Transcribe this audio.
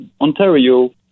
Ontario